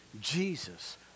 Jesus